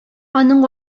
аның